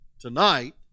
Tonight